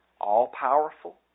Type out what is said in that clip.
all-powerful